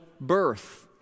birth